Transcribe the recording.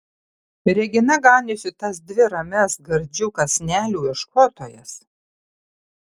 regina ganiusi tas dvi ramias gardžių kąsnelių ieškotojas